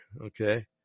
Okay